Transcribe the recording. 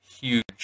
huge